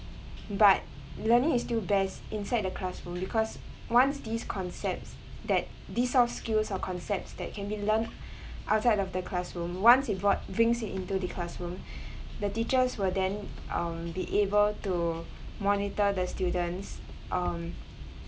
but learning is still best inside the classroom because once these concepts that these soft skills are concepts that can be learnt outside of the classroom once it brought brings it into the classroom the teachers were then um be able to monitor the students um